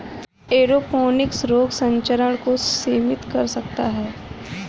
aeroponics रोग संचरण को सीमित कर सकता है